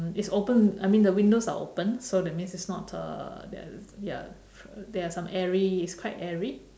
it's open I mean the windows are open so that means it's not uh there ya there are some airy it's quite airy